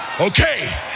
Okay